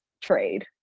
trade